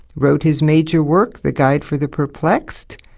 wrote his major work, the guide for the perplexed.